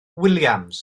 williams